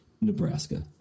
Nebraska